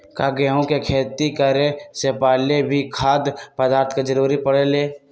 का गेहूं के खेती करे से पहले भी खाद्य पदार्थ के जरूरी परे ले?